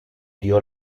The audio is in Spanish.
dio